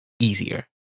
easier